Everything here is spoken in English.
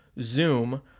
Zoom